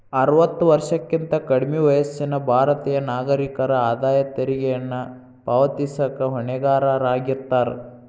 ಅರವತ್ತ ವರ್ಷಕ್ಕಿಂತ ಕಡ್ಮಿ ವಯಸ್ಸಿನ ಭಾರತೇಯ ನಾಗರಿಕರ ಆದಾಯ ತೆರಿಗೆಯನ್ನ ಪಾವತಿಸಕ ಹೊಣೆಗಾರರಾಗಿರ್ತಾರ